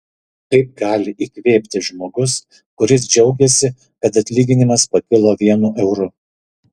kaip gali įkvėpti žmogus kuris džiaugiasi kad atlyginimas pakilo vienu euru